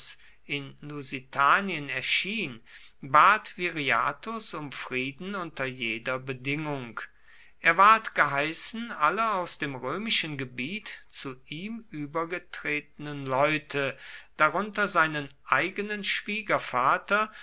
in lusitanien erschien bat viriathus um frieden unter jeder bedingung er ward geheißen alle aus dem römischen gebiet zu ihm übergetretenen leute darunter seinen eigenen schwiegervater